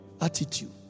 attitude